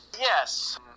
yes